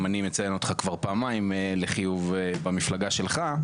אני מציין אותך כבר פעמיים לחיוב במפלגה שלך,